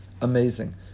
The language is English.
amazing